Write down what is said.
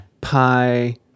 Pi